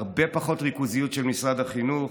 הרבה פחות ריכוזיות של משרד החינוך,